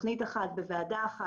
תכנית אחת בוועדה אחת,